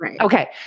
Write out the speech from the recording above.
okay